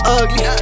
ugly